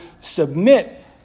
submit